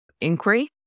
inquiry